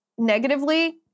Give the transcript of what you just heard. negatively